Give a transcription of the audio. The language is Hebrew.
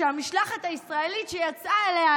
שהמשלחת הישראלית שיצאה אליה,